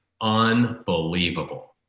unbelievable